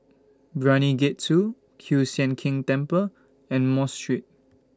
Brani Gate two Kiew Sian King Temple and Mos Street